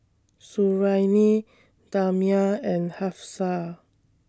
Suriani Damia and Hafsa